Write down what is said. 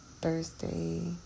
thursday